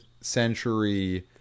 century